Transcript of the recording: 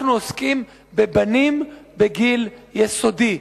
אנחנו עוסקים בבנים בגיל יסודי.